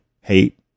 hate